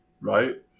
Right